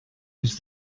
was